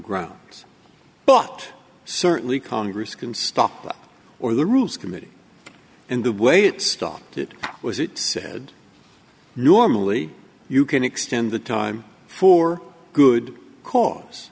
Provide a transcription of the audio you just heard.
grounds but certainly congress can stop or the rules committee in the way it stopped it was it said normally you can extend the time for good cause